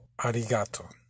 arigato